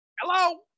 Hello